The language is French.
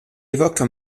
évoque